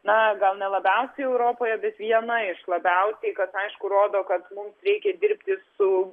na gal ne labiausiai europoje bet viena iš labiausiai kas aišku rodo kad mums reikia dirbti su